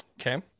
Okay